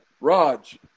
Raj